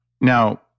Now